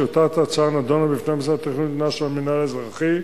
טיוטת ההצעה נדונה בפני מועצת התכנון העליונה של המינהל האזרחי.